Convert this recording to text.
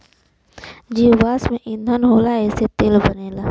जीवाश्म ईधन होला एसे तेल बनला